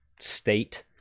state